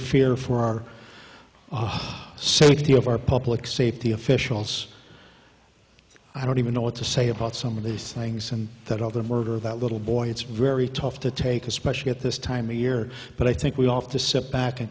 fear for our aha safety of our public safety officials i don't even know what to say about some of these things and that all the murder of that little boy it's very tough to take especially at this time of year but i think we ought to sit back and